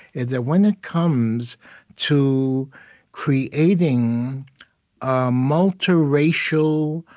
is that when it comes to creating a multiracial,